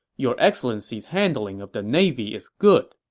your excellency's handling of the navy is good,